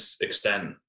extent